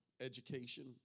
education